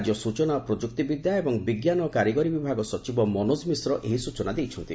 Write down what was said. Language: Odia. ରାଜ୍ୟ ସୂଚନା ଓ ପ୍ରଯୁକ୍ତିବିଦ୍ୟା ଏବଂ ବିଙ୍କାନ ଓ କାରୀଗରି ବିଭାଗ ସଚିବ ମନୋକ ମିଶ୍ର ଏହି ସୂଚନା ଦେଇଛନ୍ତି